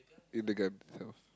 in the gun itself